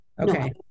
Okay